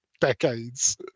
decades